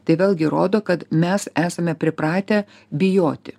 tai vėlgi rodo kad mes esame pripratę bijoti